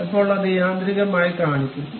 അപ്പോൾ അത് യാന്ത്രികമായി കാണിക്കും